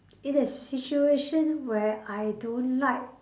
in a situation where I don't like